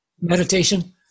Meditation